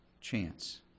chance